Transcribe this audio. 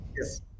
Yes